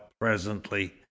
presently